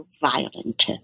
violent